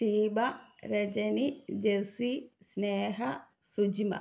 Sheeba Rajani Jessy Sneha Sujima